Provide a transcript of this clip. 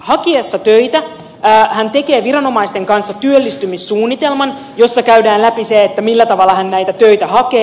hakiessaan töitä työtön tekee viranomaisten kanssa työllistymissuunnitelman jossa käydään läpi se millä tavalla hän näitä töitä hakee